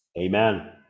Amen